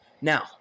Now